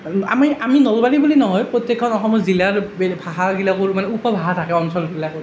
আমি আমি নলবাৰীৰ বুলি নহয় প্ৰত্যেকখন অসমৰ জিলাৰ ভাষাগিলাকৰ মানে উপভাষা থাকে অঞ্চলগিলাকত